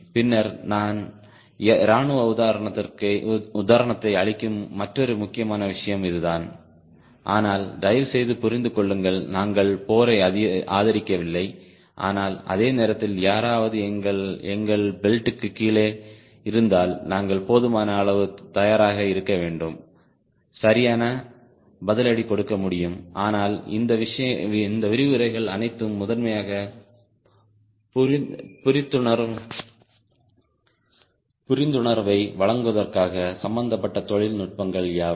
பின்னர் நான் இராணுவ உதாரணத்தை அளிக்கும் மற்றொரு முக்கியமான விஷயம் இதுதான் ஆனால் தயவுசெய்து புரிந்து கொள்ளுங்கள் நாங்கள் போரை ஆதரிக்கவில்லை ஆனால் அதே நேரத்தில் யாராவது எங்கள் பெல்ட்டுக்கு கீழே இருந்தால் நாங்கள் போதுமான அளவு தயாராக இருக்க வேண்டும் சரியான பதிலடி கொடுக்க முடியும் ஆனால் இந்த விரிவுரைகள் அனைத்தும் முதன்மையாக புரிந்துணர்வை வழங்குவதற்காக சம்பந்தப்பட்ட தொழில்நுட்பங்கள் யாவை